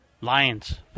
Lions